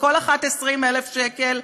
בכל אחת 20,000 שקל,